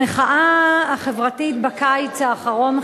המחאה החברתית בקיץ האחרון,